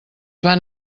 van